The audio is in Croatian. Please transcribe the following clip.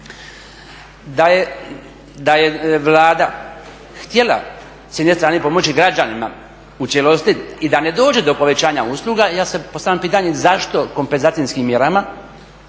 Da je Vlada htjela s jedne strane pomoći građanima u cijelosti i da ne dođe do povećanja usluga, ja sada postavljam pitanje zašto kompenzacijskim mjerama